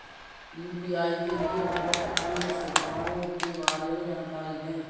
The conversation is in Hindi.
यू.पी.आई के लिए उपलब्ध अन्य सुविधाओं के बारे में जानकारी दें?